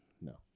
No